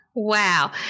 Wow